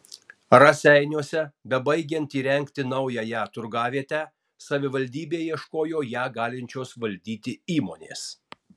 raseiniuose bebaigiant įrengti naująją turgavietę savivaldybė ieško ją galinčios valdyti įmonės